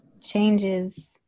Changes